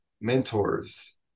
mentors